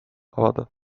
avada